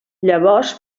llavors